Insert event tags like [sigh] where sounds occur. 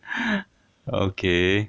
[breath] okay